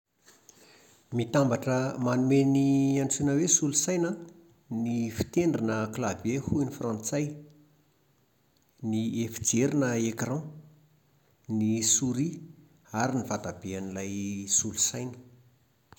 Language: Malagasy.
Mitambatra manome ny antsoina hoe solosaina an ny fitendry na clavier hoy ny frantsay, ny efijery na ecran, ny souris ary ny vataben'ilay solosaina